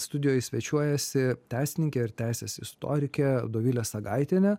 studijoj svečiuojasi teisininkė ir teisės istorikė dovilė sagaitienė